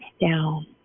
down